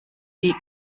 die